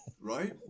right